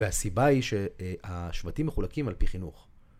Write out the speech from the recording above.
והסיבה היא שהשבטים מחולקים על פי חינוך.